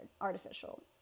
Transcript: artificial